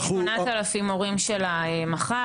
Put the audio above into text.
אנחנו --- 8,000 מורים של המח"ר,